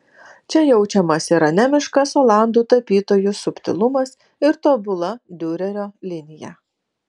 čia jaučiamas ir anemiškas olandų tapytojų subtilumas ir tobula diurerio linija